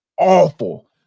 awful